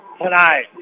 tonight